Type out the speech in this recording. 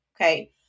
okay